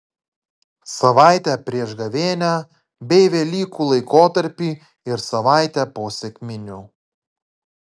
savaitę prieš gavėnią bei velykų laikotarpį ir savaitę po sekminių